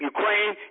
Ukraine